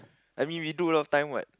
I mean we do a lot of time what